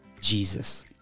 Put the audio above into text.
Jesus